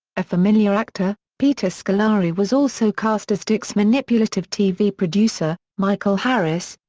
a familiar actor, peter scolari was also cast as dick's manipulative tv producer, michael harris,